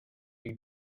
you